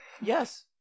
Yes